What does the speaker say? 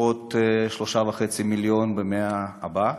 לפחות 3.5 מיליון יהודים במאה הבאה.